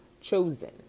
chosen